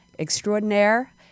extraordinaire